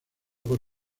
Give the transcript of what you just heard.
por